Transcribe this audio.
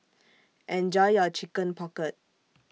Enjoy your Chicken Pocket